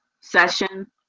session